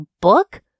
book